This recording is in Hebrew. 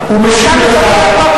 הוא משיב לך.